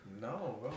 No